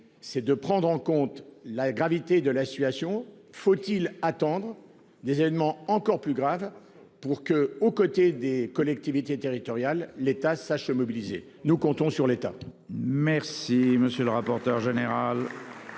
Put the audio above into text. c'est de prendre en compte la gravité de la situation. Faut-il attendre des événements encore plus grave pour que aux côtés des collectivités territoriales, l'État sache mobiliser. Nous comptons sur l'état.